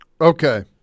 Okay